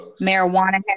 marijuana